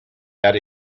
that